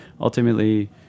ultimately